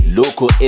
local